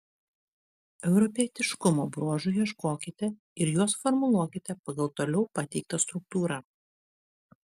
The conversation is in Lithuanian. europietiškumo bruožų ieškokite ir juos formuluokite pagal toliau pateiktą struktūrą